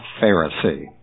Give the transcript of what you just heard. Pharisee